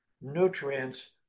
nutrients